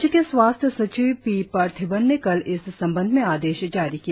राज्य के स्वास्थ्य सचिव पी परथिबन ने कल इस संबंध में आदेश जारी किया